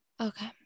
Okay